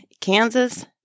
Kansas